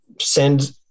send